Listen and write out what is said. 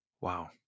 Wow